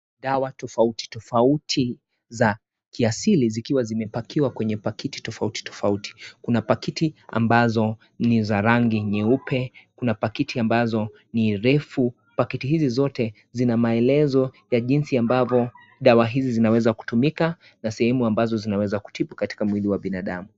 Dawa tofauti tofauti za kiasili zikiwa zimipakiwa kwenye pakiti tofauti tofauti. Kuna pakiti ambazo ni za rangi, nyeupe, kuna pakiti ambazo ni refu. Pakiti hizi zote zina maelezo ya jinsi ambavo dawa hizi zinaweza kutumika na sehemu ambazo zinaweza kutibu katika mwili wa binadamu.